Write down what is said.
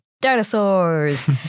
dinosaurs